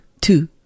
two